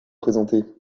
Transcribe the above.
présenter